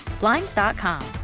Blinds.com